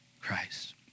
Christ